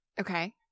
Okay